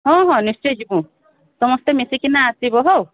ହଁ ହଁ ନିଶ୍ଚୟ ଯିବୁ ସମସ୍ତେ ମିଶିକିନା ଆସିବ ହଉ